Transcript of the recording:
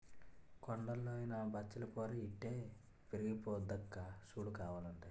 కొండల్లో అయినా బచ్చలి కూర ఇట్టే పెరిగిపోద్దక్కా సూడు కావాలంటే